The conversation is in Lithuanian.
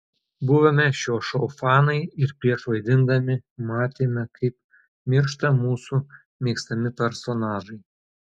buvome šio šou fanai ir prieš vaidindami matėme kaip miršta mūsų mėgstami personažai